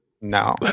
No